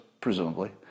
presumably